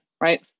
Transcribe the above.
right